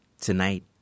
Tonight